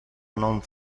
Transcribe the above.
non